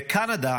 בקנדה